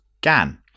gan